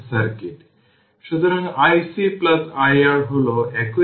তাই আমি এখন কিছু উদাহরণ দেব